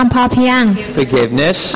Forgiveness